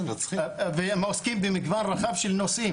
והם עוסקים במגוון רחב של נושאים.